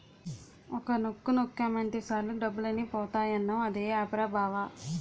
ఒక్క నొక్కు నొక్కేమటే సాలు డబ్బులన్నీ పోతాయన్నావ్ అదే ఆప్ రా బావా?